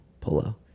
polo